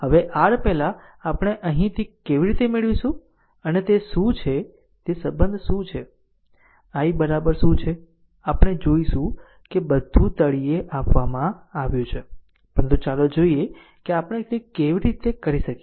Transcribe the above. હવે r પહેલાં આપણે અહીંથી કેવી રીતે મેળવીશું અને તે r શું છે તે સંબંધ શું છે i બરાબર શું છે આપણે જોઈશું કે બધું તળિયે આપવામાં આવ્યું છે પરંતુ ચાલો જોઈએ કે આપણે તે કેવી રીતે કરી શકીએ